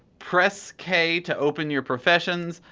press k to open your professions,